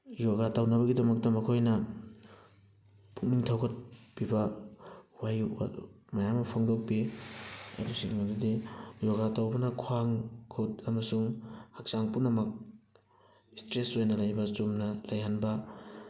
ꯌꯣꯒꯥ ꯇꯧꯅꯕꯒꯤꯗꯃꯛꯇ ꯃꯈꯣꯏꯅ ꯄꯨꯛꯅꯤꯡ ꯊꯧꯒꯠꯄꯤꯕ ꯋꯥꯍꯩ ꯃꯌꯥꯝ ꯑꯃ ꯐꯣꯡꯗꯣꯛꯄꯤ ꯑꯗꯨꯁꯤꯡ ꯑꯗꯨꯗꯤ ꯌꯣꯒꯥ ꯇꯧꯕꯅ ꯈ꯭ꯋꯥꯡ ꯈꯨꯠ ꯑꯃꯁꯨꯡ ꯍꯛꯆꯥꯡ ꯄꯨꯝꯅꯃꯛ ꯏꯁꯇ꯭ꯔꯦꯁ ꯑꯣꯏꯅ ꯂꯩꯕ ꯆꯨꯝꯅ ꯂꯩꯍꯟꯕ